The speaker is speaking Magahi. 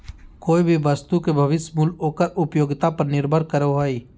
कोय भी वस्तु के भविष्य मूल्य ओकर उपयोगिता पर निर्भर करो हय